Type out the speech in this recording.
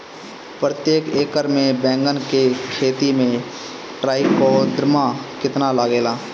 प्रतेक एकर मे बैगन के खेती मे ट्राईकोद्रमा कितना लागेला?